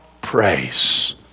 praise